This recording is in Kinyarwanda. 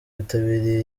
bitabiriye